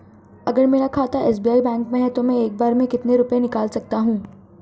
अगर मेरा खाता एस.बी.आई बैंक में है तो मैं एक बार में कितने रुपए निकाल सकता हूँ?